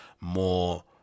more